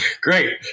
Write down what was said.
Great